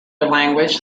language